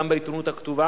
גם בעיתונות הכתובה.